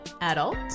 adult